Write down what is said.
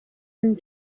and